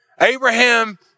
Abraham